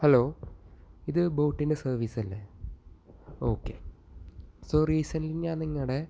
hello ഇത് ബോട്ടിന്റെ സർവീസല്ലേ ഓക്കേ സോറി നിങ്ങളുടെ